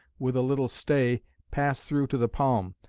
with a little stay, pass through to the palm,